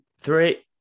three